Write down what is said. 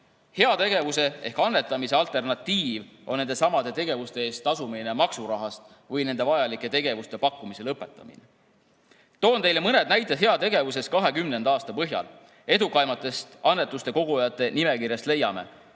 Heategevuse ehk annetamise alternatiiv on nendesamade tegevuste eest tasumine maksurahast või nende vajalike tegevuste pakkumise lõpetamine. Toon teile mõned näited heategevusest 2020. aasta põhjal. Edukaimatest annetuste kogujate nimekirjast leiame: